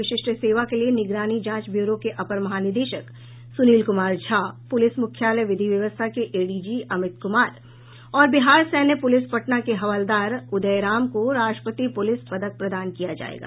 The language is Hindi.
विशिष्ट सेवा के लिए निगरानी जांच ब्यूरो के अपर महानिदेशक सुनील कुमार झा पुलिस मुख्यालय विधि व्यवस्था के एडीजी अमित कुमार और बिहार सैन्य पुलिस पटना के हवलदार उदय राम को राष्ट्रपति पुलिस पदक प्रदान किया जायेगा